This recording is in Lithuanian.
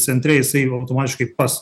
centre jisai automatiškai pas